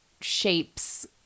shapes